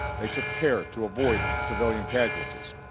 they took care to avoid civilian casualties.